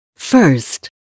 First